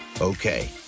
Okay